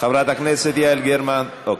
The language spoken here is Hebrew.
חברת הכנסת יעל גרמן, אוקיי,